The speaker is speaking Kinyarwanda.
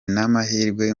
n’amahirwe